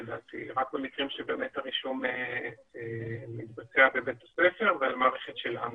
רק במקרים שבאמת הרישום מתבצע בבית הספר ולמערכת שלנו.